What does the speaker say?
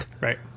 Right